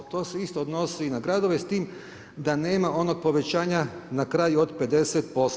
To se isto odnosi i na gradove s time da nema onog povećanja na kraju od 50%